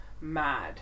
mad